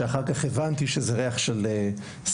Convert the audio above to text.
שאחר כך הבנתי שזה ריח של סמים,